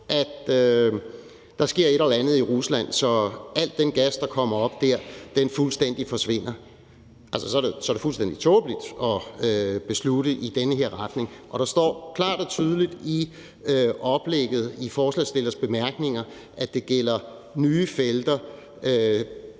at der sker et eller andet i Rusland, så al den gas, der kommer op der, fuldstændig forsvinder – så er det fuldstændig tåbeligt at beslutte noget i den her retning. Og der står klart og tydeligt i oplægget i bemærkningerne, at det gælder nye felter.